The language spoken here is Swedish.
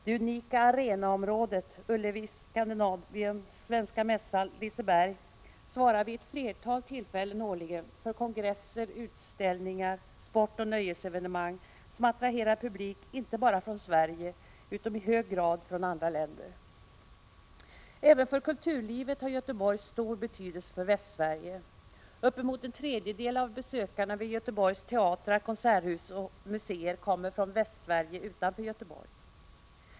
Det unika ”arenaområdet” Ullevi, Scandinavium, Svenska mässan och Liseberg svarar vid ett flertal tillfällen årligen för kongresser, utställningar, sportoch nöjesevenemang som attraherar publik inte bara från Sverige utan också i hög grad från andra länder. Även för kulturlivet har Göteborg stor betydelse för Västsverige. Uppemot en tredjedel av besökarna vid Göteborgs teatrar, konserthus och museer kommer från Västsverige utanför Göteborg.